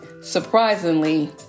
Surprisingly